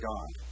God